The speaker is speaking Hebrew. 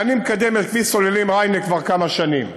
הרי אני מקדם את כביש סוללים ריינה כבר כמה שנים,